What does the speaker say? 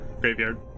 graveyard